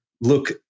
look